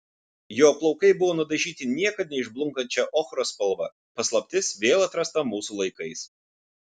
jo plaukai buvo nudažyti niekad neišblunkančia ochros spalva paslaptis vėl atrasta mūsų laikais